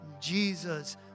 Jesus